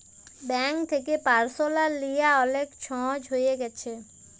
bank থ্যাকে personal লিয়া অলেক ছহজ হঁয়ে গ্যাছে